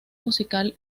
musical